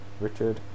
Richard